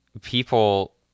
people